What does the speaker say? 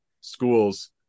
schools